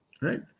right